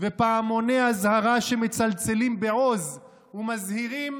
ופעמוני אזהרה שמצלצלים בעוז ומזהירים